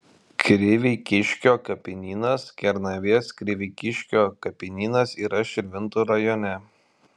kriveikiškio kapinynas kernavės kriveikiškio kapinynas yra širvintų rajone